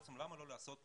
בעצם למה לא לעשות דירוג,